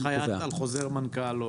אין הנחייה על חוזר מנכ"ל?